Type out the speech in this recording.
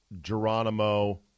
Geronimo